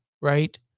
right